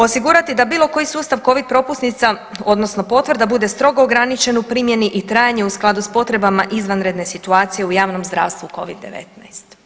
Osigurati da bilo koji sustav Covid propusnica odnosno potvrda bude strogo ograničen u primjeni i trajanje u skladu s potrebama izvanredne situacije u javnom zdravstvu Covid-19.